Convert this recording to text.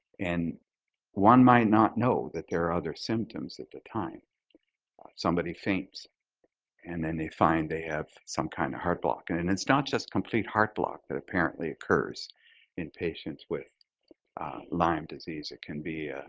and one might not know that there are other symptoms at the time, or somebody thinks and then they find they have some kind of heart block. and then and it's not just complete heart block that apparently occurs in patients with lyme disease. it can be